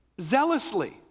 zealously